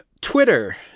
Twitter